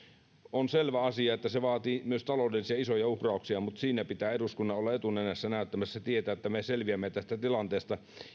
on selvä asia että se vaatii myös taloudellisia isoja uhrauksia mutta siinä pitää eduskunnan olla etunenässä näyttämässä tietä että me selviämme tästä tilanteesta